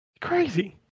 Crazy